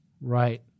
Right